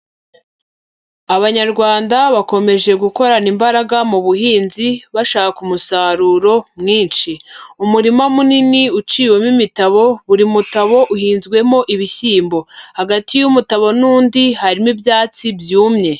Abanyarwanda bakomeje gukorana imbaraga mu buhinzi, bashaka umusaruro mwinshi. Umurima munini uciwemo imitabo, buri mutabo uhinzwemo ibishyimbo, hagati y’umutabo n’undi harimo ibyatsi byumye.